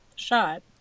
shot